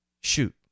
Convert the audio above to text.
shoot